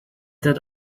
that